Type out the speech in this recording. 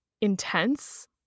intense